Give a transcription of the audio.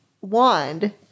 wand